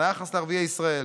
היחס לערביי ישראל.